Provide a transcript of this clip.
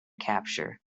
capture